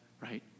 right